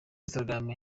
instagram